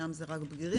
ששם זה רק בגירים,